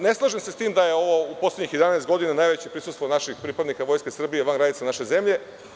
Ne slažem se sa tim da je ovo u poslednjih 11 godina najveće prisustvo naših pripadnika Vojske Srbije van granica naše zemlje.